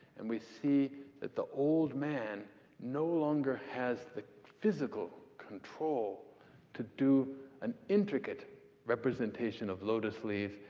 and we see that the old man no longer has the physical control to do an intricate representation of lotus leaves.